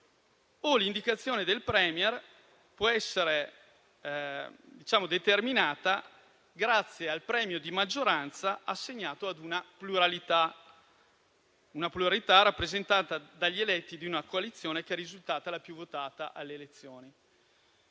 o l'indicazione del *Premier* può essere determinata grazie al premio di maggioranza assegnato ad una pluralità rappresentata dagli eletti di una coalizione che è risultata la più votata alle elezioni.